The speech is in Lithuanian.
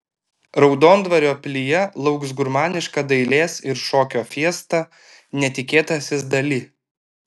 raudondvario pilyje lauks gurmaniška dailės ir šokio fiesta netikėtasis dali